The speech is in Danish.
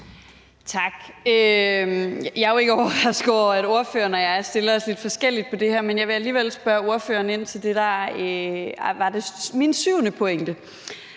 jeg vil alligevel spørge ordføreren ind til det, der var min syvende pointe.